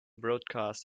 broadcast